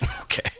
okay